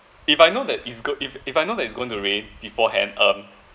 if I know that is good if if I know that is going to rain beforehand um